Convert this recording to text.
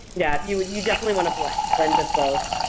yeah you would you definitely want a blend blend of both.